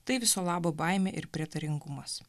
tai viso labo baimė ir prietaringumas